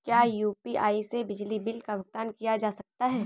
क्या यू.पी.आई से बिजली बिल का भुगतान किया जा सकता है?